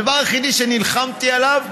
הדבר היחיד שנלחמתי עליו,